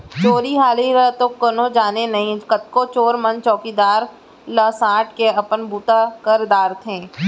चोरी हारी ल तो कोनो जाने नई, कतको चोर मन चउकीदार ला सांट के अपन बूता कर डारथें